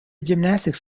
gymnastics